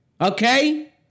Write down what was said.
Okay